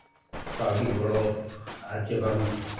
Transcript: ᱠᱟᱹᱣᱰᱤ ᱜᱚᱲᱚ ᱟᱨ ᱪᱮ ᱵᱟᱝ